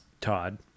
Todd